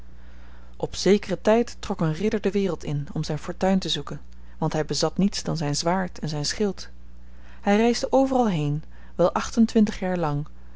op zekeren tijd trok een ridder de wereld in om zijn fortuin te zoeken want hij bezat niets dan zijn zwaard en zijn schild hij reisde overal heen wel achtentwintig jaar lang